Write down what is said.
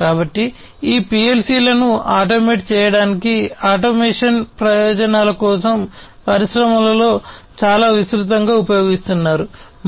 కాబట్టి ఈ పిఎల్సిలను ఆటోమేట్ చేయడానికి ఆటోమేషన్ ప్రయోజనాల కోసం పరిశ్రమలలో చాలా విస్తృతంగా ఉపయోగిస్తున్నారు